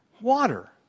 water